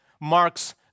marks